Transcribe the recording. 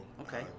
Okay